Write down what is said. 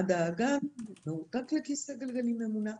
הוא מרותק לכיסא גלגלים ממונע,